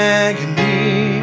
agony